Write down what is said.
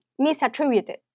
misattributed